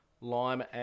Lime